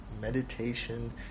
meditation